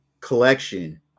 collection